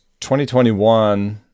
2021